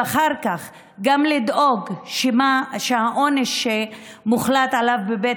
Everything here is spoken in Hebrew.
ואחר כך גם לדאוג שהעונש שמוחלט עליו בבית